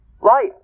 life